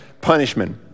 punishment